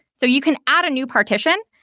so you can add a new partition,